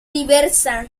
diversa